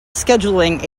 scheduling